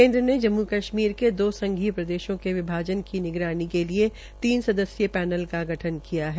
केन्द्र ने जम्मू कश्मीर के दो संघीय प्रदेशों के विभागत की निगरानी के लिए तीन सदस्यीय पैनल का गठन किया है